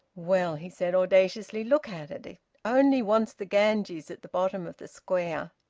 well, he said audaciously, look at it! it only wants the ganges at the bottom of the square!